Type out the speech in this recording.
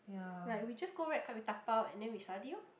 like we just go wrap we dabao then we study lor